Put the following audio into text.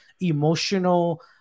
emotional